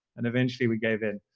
and eventually we gave in.